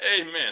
Amen